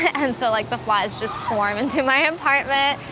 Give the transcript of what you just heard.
and so like, the flies just swarm into my apartment.